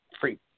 free